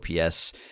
OPS